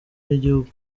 y’igihugu